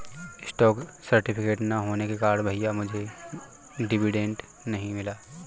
stock certificate ना होने के कारण भैया मुझे डिविडेंड नहीं मिला